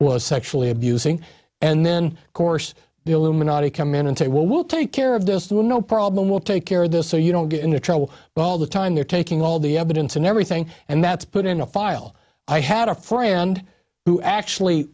was sexually abusing and then of course the illuminati come in and say well we'll take care of this too no problem we'll take care of this so you don't get into trouble but all the time they're taking all the evidence and everything and that's put in a file i had a friend who actually